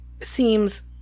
seems